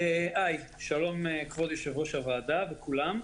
שלום, כבוד יושב-ראש הוועדה וכולם.